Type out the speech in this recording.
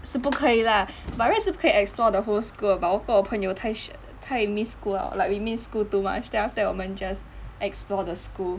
是不可以 lah by right 是不可以 explore the whole school 的 but 我跟我朋友太想太 miss school liao like we missed school too much then after that 我们 just explore the school